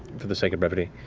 for the sake of brevity,